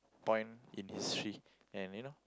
point in history and you know